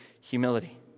humility